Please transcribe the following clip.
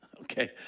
Okay